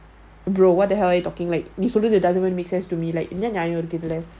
bro what the hell are you talking like it doesn't even make sense to me like இன்னும்நெறயஇருக்ககூடாது:innum neraya iruka koodathu